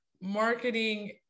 marketing